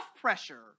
pressure